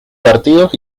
partidos